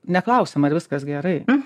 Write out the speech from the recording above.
neklausiam ar viskas gerai